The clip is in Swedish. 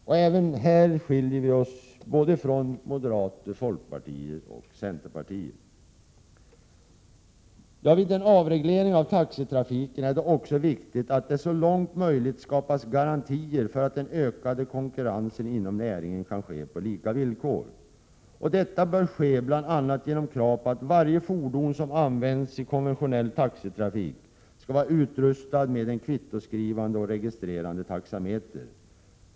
Även i denna fråga skiljer vi oss från moderater, folkpartister och centerpartister. Vid en avreglering på taxitrafikens område är det också viktigt att det så långt möjligt skapas garantier för att den ökade konkurrensen inom näringen kan ske på lika villkor. Detta bör ske bl.a. genom krav på att varje fordon som används i konventionell taxitrafik skall vara utrustat med en kvittoskrivande och registrerande taxameter.